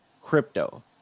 crypto